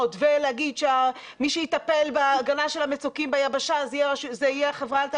ולהגיד שמי שיטפל בהגנה של המצוקים ביבשה זה יהיה החברה?